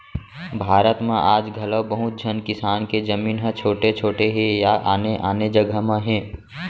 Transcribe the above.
भारत म आज घलौ बहुत झन किसान के जमीन ह छोट छोट हे या आने आने जघा म हे